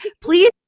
please